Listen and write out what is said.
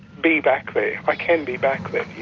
be back there, i can be back there.